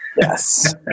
Yes